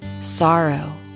sorrow